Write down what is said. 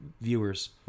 viewers